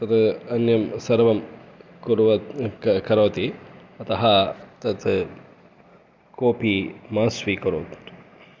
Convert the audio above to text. तत् अन्यत् सर्वं करोति अतः तत् कोपि मा स्वीकरोत्